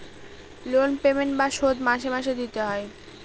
loan payment বা শোধ মাসে মাসে দিতে হয়